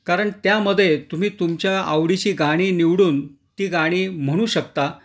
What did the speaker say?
कारण त्यामध्ये तुम्ही तुमच्या आवडीची गाणी निवडून ती गाणी म्हणू शकता